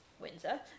Windsor